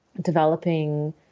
developing